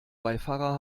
beifahrer